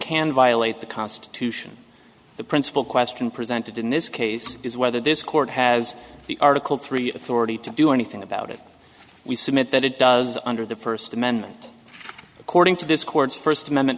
can violate the constitution the principle question presented in this case is whether this court has the article three authority to do anything about it we submit that it does under the first amendment according to this court's first amendment